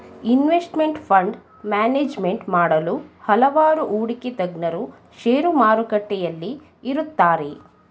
investment fund management ಮಾಡಲು ಹಲವಾರು ಹೂಡಿಕೆ ತಜ್ಞರು ಶೇರು ಮಾರುಕಟ್ಟೆಯಲ್ಲಿ ಇರುತ್ತಾರೆ